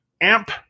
amp